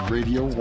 Radio